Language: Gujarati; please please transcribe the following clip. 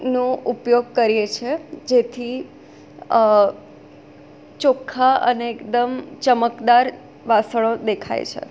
નો ઉપયોગ કરીએ છે જેથી ચોખ્ખા અને એકદમ ચમકદાર વાસણો દેખાય છે